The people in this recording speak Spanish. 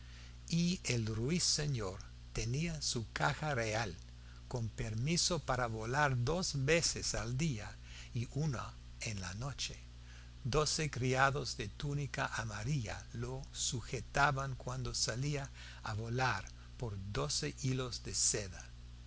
y el ruiseñor tenía su caja real con permiso para volar dos veces al día y una en la noche doce criados de túnica amarilla lo sujetaban cuando salía a volar por doce hilos de seda